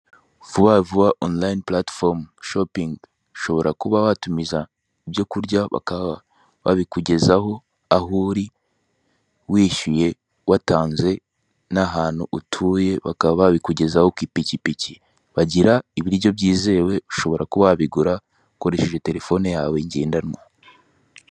Twitabire kwishyura dukoresheje uburyo bwizewe bwa emutiyene, kandi tubhgezwa uko abakozi bagenda batanga amabwiriza n'amahugurwa hirya no hino basobanurira abakiriya babo uko bayifashisha.